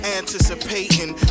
anticipating